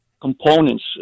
components